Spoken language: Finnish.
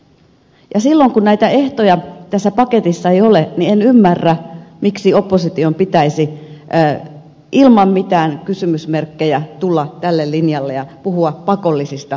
ja silloin kun näitä ehtoja tässä paketissa ei ole en ymmärrä miksi opposition pitäisi ilman mitään kysymysmerkkejä tulla tälle linjalle ja puhua pakollisista päätök sistä